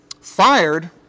fired